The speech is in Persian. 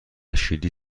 شیلی